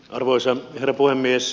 arvoisa herra puhemies